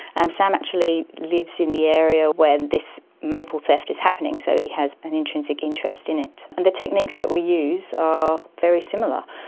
um sam actually lives in the area where this maple theft is happening, so he has an intrinsic interest in it. and the techniques that we use are very similar,